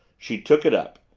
she took it up.